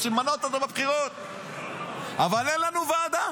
רוצים למנות אותו בבחירות, אבל אין לנו ועדה.